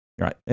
Right